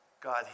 God